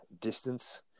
distance